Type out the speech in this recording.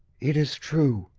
it is true,